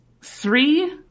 three